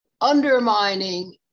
undermining